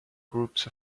groups